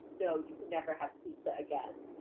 no, you can never have pizza again,